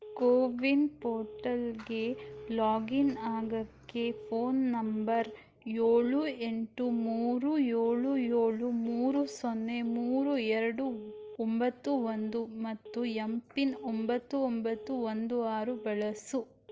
ಕೋವಿನ್ ಪೋರ್ಟಲ್ಗೆ ಲಾಗಿನ್ ಆಗೋಕ್ಕೆ phone number ಏಳು ಎಂಟು ಮೂರು ಏಳು ಏಳು ಮೂರು ಸೊನ್ನೆ ಮೂರು ಎರಡು ಒಂಬತ್ತು ಒಂದು ಮತ್ತು ಎಂ ಪಿನ್ ಒಂಬತ್ತು ಒಂಬತ್ತು ಒಂದು ಆರು ಬಳಸು